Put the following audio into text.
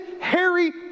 Harry